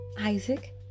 Isaac